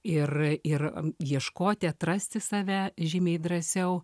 ir ir ieškoti atrasti save žymiai drąsiau